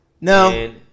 No